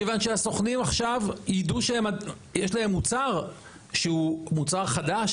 כיוון שהסוכנים עכשיו ידעו שיש להם מוצר שהוא מוצר חדש,